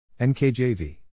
NKJV